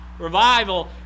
Revival